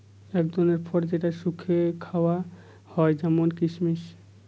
এক ধরনের ফল যেটা শুকিয়ে খাওয়া হয় যেমন কিসমিস